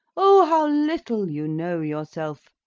oh, how little you know yourself!